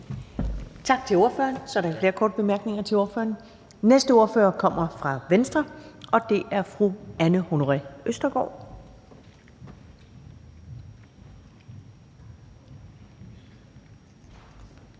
Tak til ordføreren. Så er der ikke flere korte bemærkninger til ordføreren. Næste ordfører kommer fra Venstre, og det er fru Anne Honoré Østergaard.